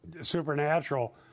supernatural